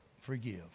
forgive